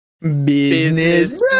Business